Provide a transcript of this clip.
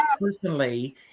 personally